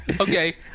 Okay